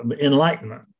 enlightenment